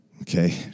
Okay